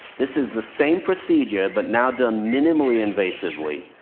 this is the same procedure, but now done minimally invasively,